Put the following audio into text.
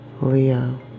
Leo